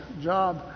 job